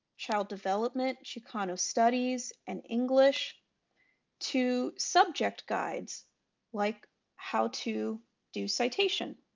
child development, chicano studies, and english to subject guides like how to do citation.